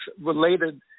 related